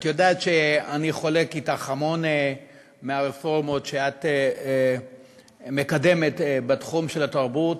את יודעת שאני חולק אתך המון מהרפורמות שאת מקדמת בתחום התרבות,